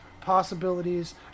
possibilities